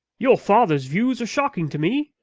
your father's views are shocking to me,